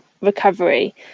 recovery